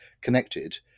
connected